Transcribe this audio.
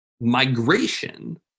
migration